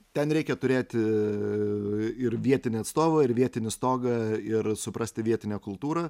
ten reikia turėti ir vietinį atstovą ir vietinį stogą ir suprasti vietinę kultūrą